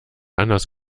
anders